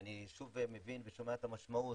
אני מבין את המשמעות.